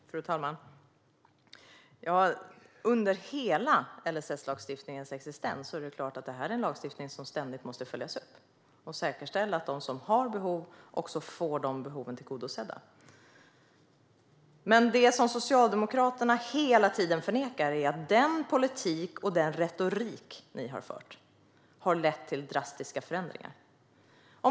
Fru talman! Det är klart att LSS-lagstiftningen ständigt måste följas upp, och man måste säkerställa att de som har behov också får behoven tillgodosedda. Men det som ni socialdemokrater hela tiden förnekar är att den politik och den retorik ni har fört har lett till drastiska förändringar.